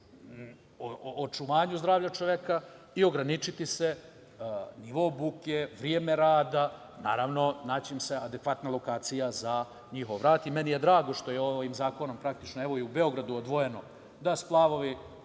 očuvanju zdravlja čoveka i ograničiti se nivo buke, vreme rada i naći im se adekvatna lokacija za njihov rad. Meni je drago što je ovim zakonom praktično evo i u Beogradu odvojeno da splavovi